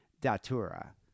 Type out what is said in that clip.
datura